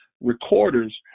recorders